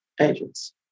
agents